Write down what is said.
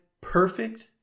perfect